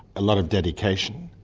a lot of dedication,